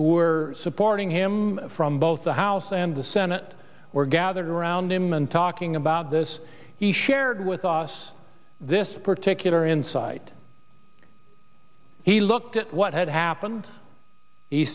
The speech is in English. were supporting him from both the house and the senate were gathered around him and talking about this he shared with us this particular insight he looked at what had happened he